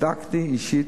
בדקתי אישית,